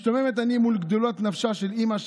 משתוממת אני מול גדולת נפשה של אימא,